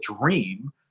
dream